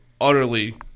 utterly